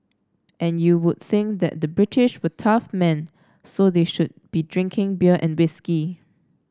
and you would think that the British were tough men so they should be drinking beer and whisky